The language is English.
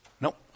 Nope